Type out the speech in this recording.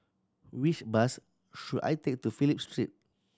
which bus should I take to Phillip Street